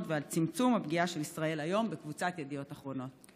ועל צמצום הפגיעה של ישראל היום בקבוצת ידיעות אחרונות".